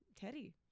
Teddy